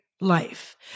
life